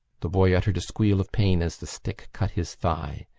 the boy uttered a squeal of pain as the stick cut his thigh.